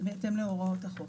ובהתאם להוראות החוק.